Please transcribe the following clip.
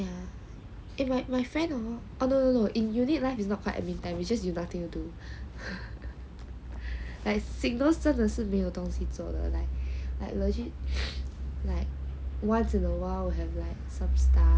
yeah eh my my friend hor oh no no no in unit life is not called admin time it's just you nothing to you do like signals 真的是没有东西做的 like like legit like once in awhile have like some stuff